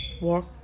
work